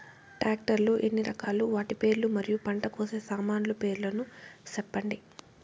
Tractor లు ఎన్ని రకాలు? వాటి పేర్లు మరియు పంట కోసే సామాన్లు పేర్లను సెప్పండి?